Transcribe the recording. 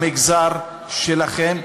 במגזר שלכם,